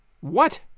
What